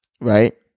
Right